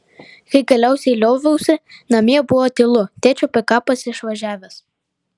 kai galiausiai lioviausi namie buvo tylu tėčio pikapas išvažiavęs